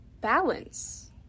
balance